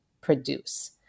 produce